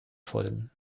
folgen